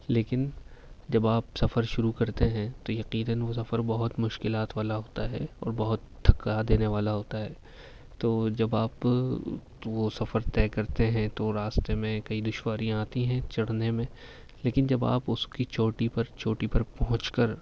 لیکن جب آپ سفر شروع کرتے ہیں تو یقیناً وہ سفر بہت مشکلات والا ہوتا ہے بہت تھکا دینے والا ہوتا ہے تو جب آپ وہ سفر طے کرتے ہیں تو راستے میں کئی دشواریاں آتی ہیں چڑھنے میں لیکن جب آپ اس کی چوٹی پر چوٹی پر پہنچ کر